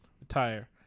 retire